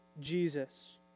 Jesus